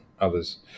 others